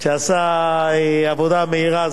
שעשה עבודה מהירה,